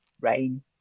rain